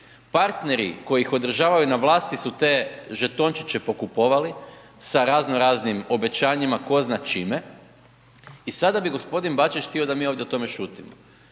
Partneri koji ih održavaju na vlasti su te žetončiće pokupovali sa razno raznim obećanjima tko zna čime. I sada bi gospodin Bačić htio da mi ovdje o tome šutimo.